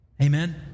amen